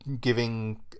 giving